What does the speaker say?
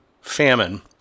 Famine